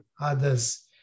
others